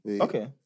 okay